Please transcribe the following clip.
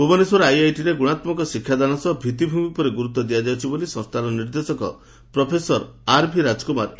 ଭୁବନେଶ୍ୱର ଆଇଆଇଟିରେ ଗୁଣାତ୍କକ ଶିକ୍ଷାଦାନ ସହ ଭିଭିମି ଉପରେ ଗୁରୁତ୍ ଦିଆଯାଉଛି ବୋଲି ସଂସ୍ଥାର ନିର୍ଦ୍ଦେଶକ ପ୍ରଫେସର ଆର୍ଭି ରାଜକୁମାର କହିଛନ୍ତି